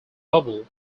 bubble